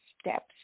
steps